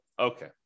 Okay